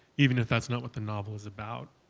even if that's not what the novel's about,